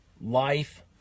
life